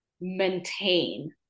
maintain